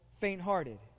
faint-hearted